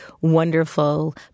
wonderful